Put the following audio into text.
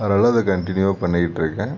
அதனாலே அதை கன்டினியூவாக பண்ணிக்கிட்டிருக்கேன்